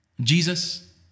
Jesus